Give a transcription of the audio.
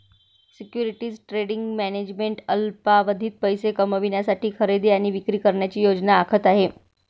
securities trading management अल्पावधीत पैसे कमविण्यासाठी खरेदी आणि विक्री करण्याची योजना आखत आहे